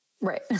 Right